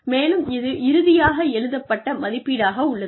மேலும் இது இறுதியாக எழுதப்பட்ட மதிப்பீடாக உள்ளது